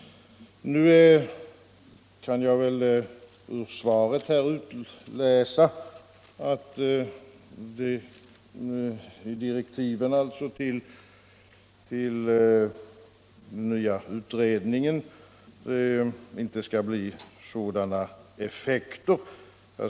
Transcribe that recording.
Jag kan ur svaret utläsa att direktiven till den nya utredningen inte skall ge sådana effekter.